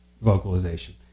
vocalization